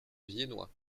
viennois